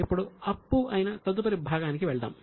ఇప్పుడు తదుపరి భాగం అయిన అప్పు కి అయిన వెళ్దాం